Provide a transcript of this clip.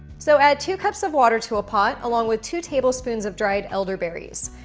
so add two cups of water to a pot along with two tablespoons of dried elderberries.